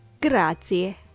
Grazie